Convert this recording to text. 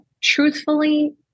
truthfully